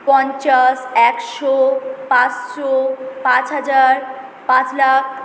পঞ্চাশ একশো পাঁচশো পাঁচ হাজার পাঁচ লাখ